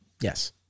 Yes